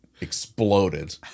exploded